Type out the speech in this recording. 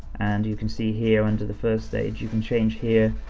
and you can see here under the first stage, you can change here,